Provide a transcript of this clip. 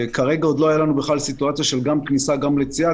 כרגע עוד לא הייתה לנו סיטואציה של גם כניסה וגם יציאה.